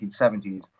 1970s